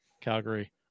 Calgary